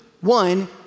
One